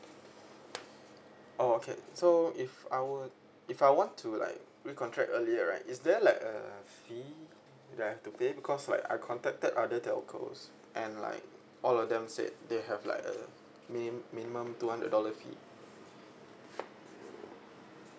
oh okay so if I were if I want to like re-contract earlier right is there like a fee that I have to pay because like I contacted other telcos and like all of them said they have like a mini~ minimum two hundred dollar fee